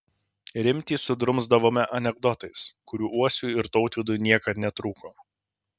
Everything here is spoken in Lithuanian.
rimtį sudrumsdavome anekdotais kurių uosiui ir tautvydui niekad netrūko